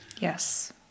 Yes